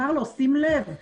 שים לב,